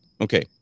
Okay